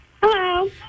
hello